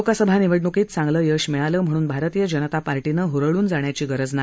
लोकसभा निवडण्कीत चांगलं यश मिळालं म्हणून भारतीय जनता पक्षानं हरळून जाण्याची गरज नाही